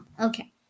Okay